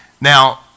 Now